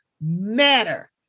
matter